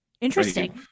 interesting